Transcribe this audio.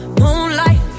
moonlight